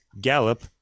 gallop